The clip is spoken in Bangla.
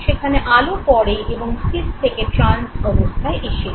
সেখানে আলো পড়ে এবং সিস থেকে ট্রান্স অবস্থায় এসে যায়